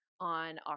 on